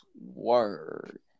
word